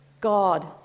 God